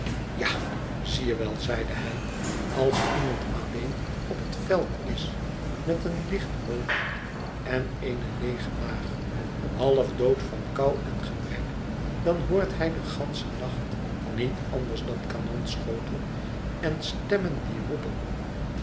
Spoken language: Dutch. ja zie je wel zeide hij als iemand alleen op het veld is met een licht hoofd en eene leege maag halfdood van kou en gebrek dan hoort hij den ganschen nacht niet anders dan kanonschoten en stemmen die roepen